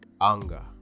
anger